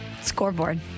scoreboard